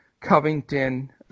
Covington